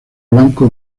blanco